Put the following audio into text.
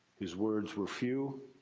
his words were few,